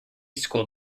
school